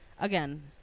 again